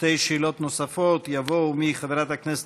שתי שאלות נוספות יבואו מחברת הכנסת